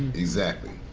exactly.